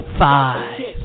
five